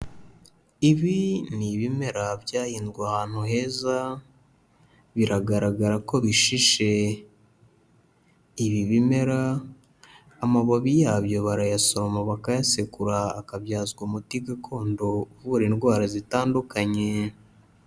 Ibi ni ibimera byahinzwe ahantu heza. Biragaragara ko bishishe; ibi bimera amababi yabyo barayasoma bakayasekura, akabyazwa umuti gakondo uvura indwara zitandukanye.